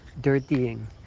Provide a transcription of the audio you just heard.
dirtying